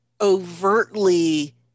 overtly